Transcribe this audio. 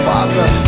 Father